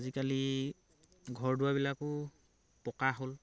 আজিকালি ঘৰ দুৱাৰবিলাকো পকা হ'ল